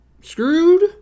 screwed